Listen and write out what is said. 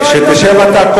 שתשב אתה,